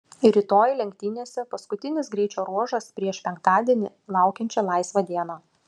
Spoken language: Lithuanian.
rytoj lenktynėse paskutinis greičio ruožas prieš penktadienį laukiančią laisvą dieną